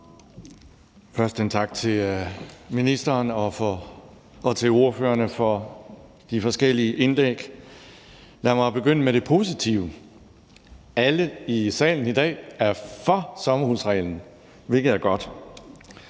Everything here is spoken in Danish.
Først en tak til ministeren og til ordførerne for de forskellige indlæg. Lad mig begynde med det positive. Alle i salen i dag er for sommerhusreglen, hvilket er godt.